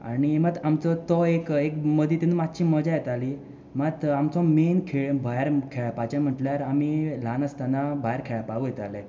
आनी आमचो तो एक मातसो मदींत एक मातशी मजा येताली मात आमचो मेन खेळ भायर खेळपाचें म्हटल्यार आमी ल्हान आसतना भायर खेळपाक वयताले